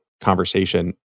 conversation